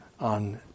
on